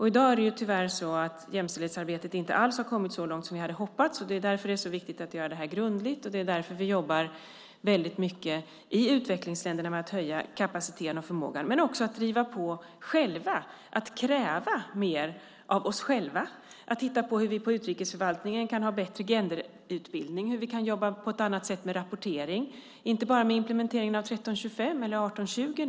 I dag är det tyvärr så att jämställdhetsarbetet inte alls har kommit så långt som vi hade hoppats. Det är därför som det är så viktigt att göra det här grundligt. Det är därför vi jobbar väldigt mycket i utvecklingsländerna med att höja kapaciteten och förmågan men också med att driva på själva. Det handlar om att kräva mer av oss själv och att titta på hur vi i utrikesförvaltningen kan ha bättre genderutbildning och jobba på ett annat sätt med rapportering och inte bara med implementeringen av 1325 eller 1820.